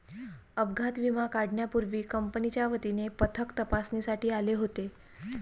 अपघात विमा काढण्यापूर्वी कंपनीच्या वतीने पथक तपासणीसाठी आले होते